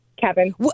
Kevin